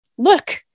look